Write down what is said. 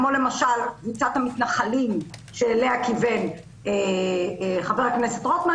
כמו: קבוצת המתנחלים שאליה כיוון חבר הכנסת רוטמן.